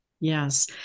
Yes